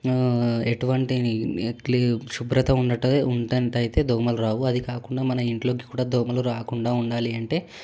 ఎటువంటి నీ నీ క్లీ శుభ్రత ఉండట ఉంటందయితే దోమలు రావు అది కాకుండా మన ఇంట్లోకి కూడా దోమలు రాకుండా ఉండాలి అంటే